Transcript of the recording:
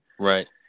right